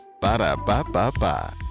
ba-da-ba-ba-ba